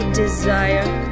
desire